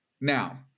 Now